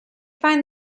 find